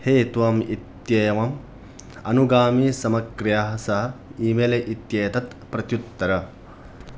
हे त्वम् इत्येवम् अनुगामिसामग्र्या सह ईमेल् इत्येतत् प्रत्युत्तरम्